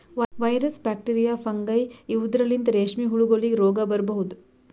virus, bacteria, fungi ಇವದ್ರಲಿಂತ್ ರೇಶ್ಮಿ ಹುಳಗೋಲಿಗ್ ರೋಗ್ ಬರಬಹುದ್